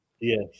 Yes